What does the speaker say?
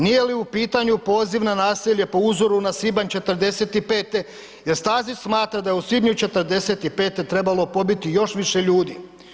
Nije li u pitanju poziv na nasilje po uzoru na svibanj '45. gdje Stazić smatra da je u svibnju '45. trebalo pobiti još više ljudi.